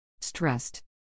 Stressed